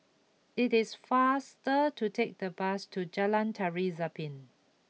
it is faster to take the bus to Jalan Tari Zapin